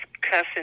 cussing